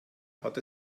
hat